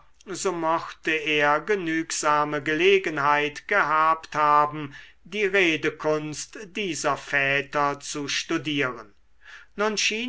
so mochte er genügsame gelegenheit gehabt haben die redekunst dieser väter zu studieren